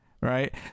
right